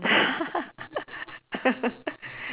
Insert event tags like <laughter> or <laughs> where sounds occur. <laughs>